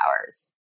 hours